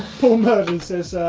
paul murden says,